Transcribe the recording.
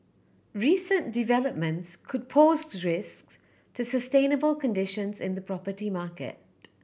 recent developments could pose risks to sustainable conditions in the property market